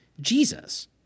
Jesus